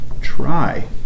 try